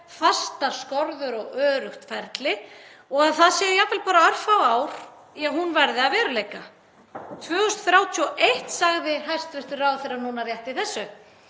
fastar skorður og öruggt ferli og að það séu jafnvel bara örfá ár í að hún verði að veruleika. 2031, sagði hæstv. ráðherra núna rétt í þessu.